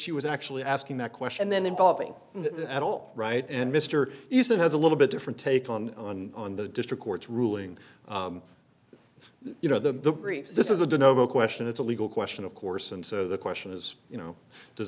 she was actually asking that question then involving that at all right and mr hughson has a little bit different take on on on the district court's ruling you know the this is a dyno question it's a legal question of course and so the question is you know does